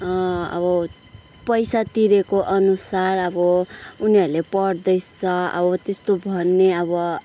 अब पैसा तिरेको अनुसार अब उनीहरूले पढ्दैछ अब त्यस्तो भन्ने अब